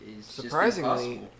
Surprisingly